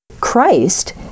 Christ